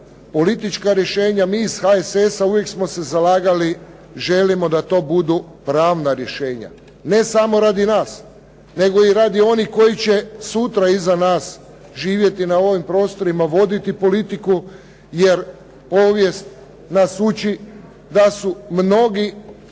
politička rješenja, mi iz HSS-a uvijek smo se zalagali, želimo da to budu pravna rješenja. Ne samo radi nas, nego i radi onih koji će sutra iza nas živjeti na ovim prostorima, voditi politiku jer povijest nas uči da su mnogi